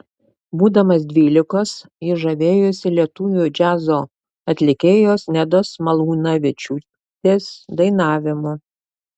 būdamas dvylikos jis žavėjosi lietuvių džiazo atlikėjos nedos malūnavičiūtės dainavimu